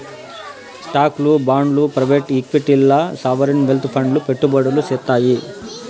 స్టాక్లు, బాండ్లు ప్రైవేట్ ఈక్విటీల్ల సావరీన్ వెల్త్ ఫండ్లు పెట్టుబడులు సేత్తాయి